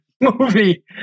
movie